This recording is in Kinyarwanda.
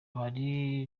hari